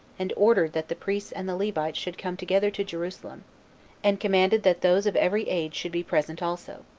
and ordered that the priests and the levites should come together to jerusalem and commanded that those of every age should be present also.